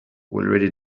already